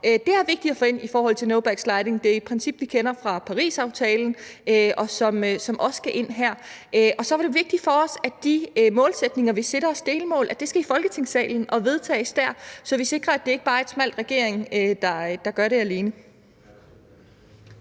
– er vigtigt at få ind i forhold til no backsliding. Det er et princip, vi kender fra Parisaftalen, og som også skal ind her. Og så var det vigtigt for os, at de målsætninger, vi sætter os, de delmål, skal i Folketingssalen og vedtages der, så vi sikrer, at det ikke bare er en smal regering, der gør det alene.